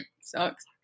Sucks